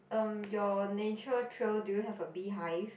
um your nature trail do you have a beehive